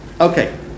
Okay